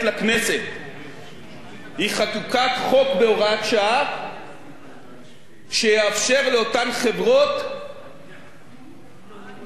והיא חקיקת חוק בהוראת שעה שיאפשר לאותן חברות לשלם מס מופחת,